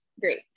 great